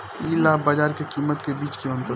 इ लाभ बाजार के कीमत के बीच के अंतर ह